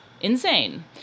insane